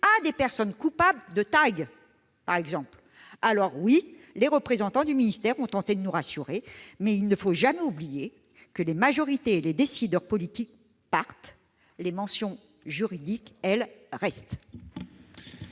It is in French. à des personnes coupables, par exemple, d'avoir dessiné des tags ! Oui, les représentants du ministère ont tenté de nous rassurer, mais il ne faut jamais oublier que si les majorités et les décideurs politiques passent, les mentions juridiques, elles, restent